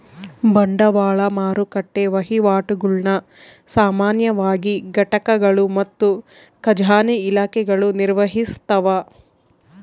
ಬಂಡವಾಳ ಮಾರುಕಟ್ಟೆ ವಹಿವಾಟುಗುಳ್ನ ಸಾಮಾನ್ಯವಾಗಿ ಘಟಕಗಳು ಮತ್ತು ಖಜಾನೆ ಇಲಾಖೆಗಳು ನಿರ್ವಹಿಸ್ತವ